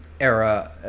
era